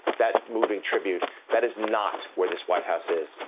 that moving tribute. that is not where this white house is.